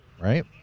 right